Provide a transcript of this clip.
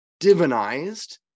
divinized